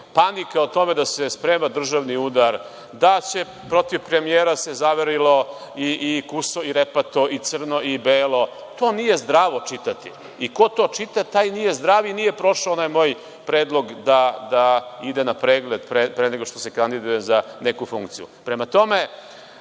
panika o tome da se sprema državni udar, da se protiv premijera zamerilo i kuso i repato, i crno i belo, to nije zdravo čitati. Ko to čita, taj nije zdrav i nije prošao onaj moj predlog da ide na pregled pre nego što se kandiduje za neku funkciju. Prema